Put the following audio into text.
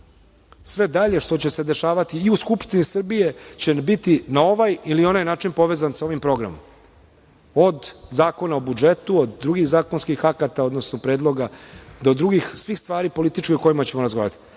Sve dalje što će se dešavati i u Skupštini Srbije će biti, na ovaj ili onaj način, povezano sa ovim programom, od Zakona o budžetu, od drugih zakonskih akata, odnosno predloga, do drugih svih stvari političkih o kojima ćemo razgovarati. Predstavio